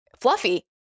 fluffy